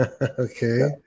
Okay